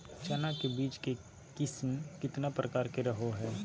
चना के बीज के किस्म कितना प्रकार के रहो हय?